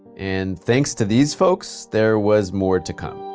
and thanks to these folks, there was more to come.